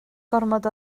gormod